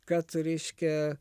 kad reiškia